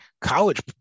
college